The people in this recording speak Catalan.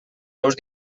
ous